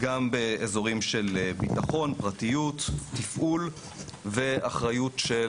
גם באזורי ביטחון, פרטיות, תפעול ואחריות של